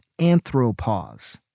anthropause